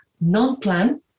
non-plan